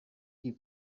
die